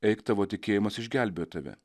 eik tavo tikėjimas išgelbėjo tave